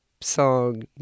song